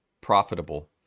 profitable